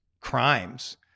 crimes